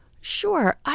Sure